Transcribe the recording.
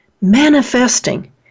manifesting